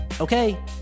Okay